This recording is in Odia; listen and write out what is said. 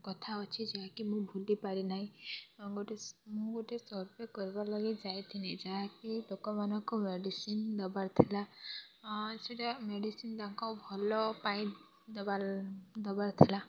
କଥା ଅଛି ଯାହାକି ମୁଁ ଭୁଲି ପାରିନାହିଁ ଆଉ ଗୋଟେ ସ ମୁଁ ଗୋଟେ ସର୍ଭେ କରିବାଲାଗି ଯାଇଥିନି ଯାହାକି ଲୋକମାନଙ୍କୁ ମେଡ଼ିସିନ୍ ଦେବାରଥିଲା ସେଇଟା ମେଡ଼ିସିନ୍ ତାଙ୍କ ଭଲପାଇଁ ଦବାଲ ଦେବାର ଦେବାରଥିଲା